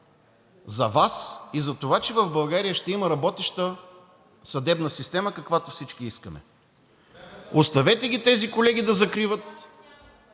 за Вас и за това, че в България ще има работеща съдебна система, каквато всички искаме. Оставете ги тези колеги да закриват.